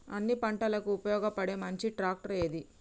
అన్ని పంటలకు ఉపయోగపడే మంచి ట్రాక్టర్ ఏది?